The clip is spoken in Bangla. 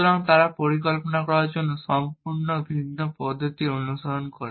সুতরাং তারা পরিকল্পনা করার জন্য সম্পূর্ণ ভিন্ন পদ্ধতি অনুসরণ করে